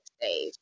stage